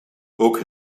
ook